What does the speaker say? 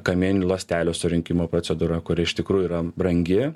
kamieninių ląstelių surinkimo procedūra kuri iš tikrųjų yra brangi